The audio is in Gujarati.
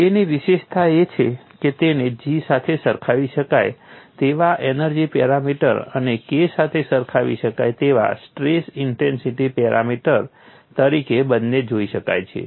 J ની વિશેષતા એ છે કે તેને G સાથે સરખાવી શકાય તેવા એનર્જી પેરામીટર અને K સાથે સરખાવી શકાય તેવા સ્ટ્રેસ ઇન્ટેન્સિટી પેરામીટર તરીકે બંને જોઈ શકાય છે